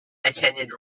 attended